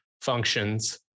functions